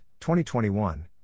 2021